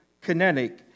kinetic